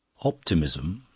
optimism,